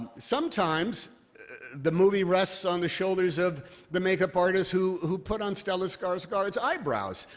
sometimes the movie rests on the shoulders of the makeup artist who who put on stellan skarsgard's eyebrows.